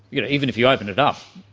you know even if you open it up?